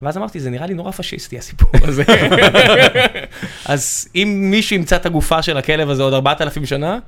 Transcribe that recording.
ואז אמרתי, זה נראה לי נורא פשיסטי, הסיפור הזה. אז אם מישהו ימצא את הגופה של הכלב הזה עוד 4,000 שנה...